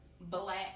black